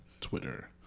Twitter